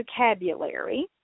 vocabulary